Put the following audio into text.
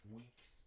weeks